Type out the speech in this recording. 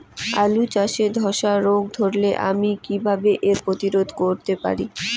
আলু চাষে ধসা রোগ ধরলে আমি কীভাবে এর প্রতিরোধ করতে পারি?